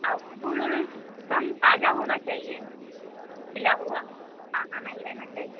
और फूल उल एकदम ताजा होना चाहिए खिला हुआ नहीं रहना चाहिए